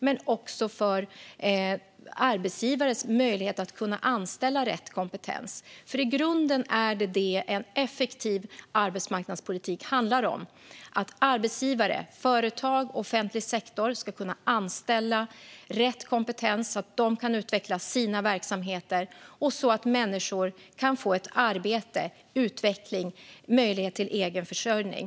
Den siktar också på arbetsgivares möjlighet att anställa rätt kompetens. I grunden är det detta som en effektiv arbetsmarknadspolitik handlar om. Arbetsgivare, företag och offentlig sektor ska kunna anställa rätt kompetens så att de kan utveckla sina verksamheter och så att människor kan få ett arbete, utveckling och en möjlighet till egen försörjning.